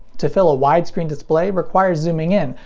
to fill a widescreen display requires zooming in,